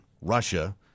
Russia